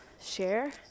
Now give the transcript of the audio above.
share